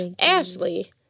Ashley